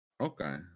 okay